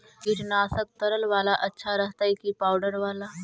कीटनाशक तरल बाला अच्छा रहतै कि पाउडर बाला?